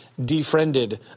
defriended